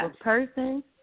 person